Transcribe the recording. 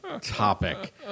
topic